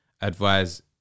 advise